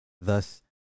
Thus